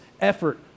effort